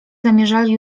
zamierzali